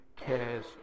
cares